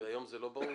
היום זה לא ברור?